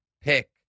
pick